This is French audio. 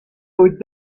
aux